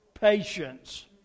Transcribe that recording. patience